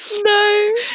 No